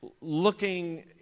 looking